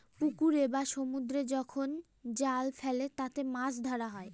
পুকুরে বা সমুদ্রে যখন জাল ফেলে তাতে মাছ ধরা হয়